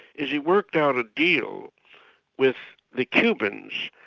is he worked out a deal with the cubans,